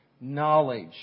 knowledge